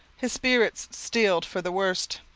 his spirit steeled for the worst.